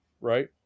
right